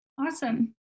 Awesome